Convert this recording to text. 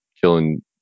killing